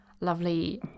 lovely